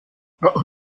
auch